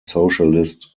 socialist